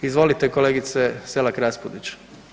Izvolite, kolegice Selak Raspudić.